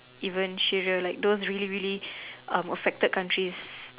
even Syria like those really really um affected countries